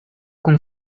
kun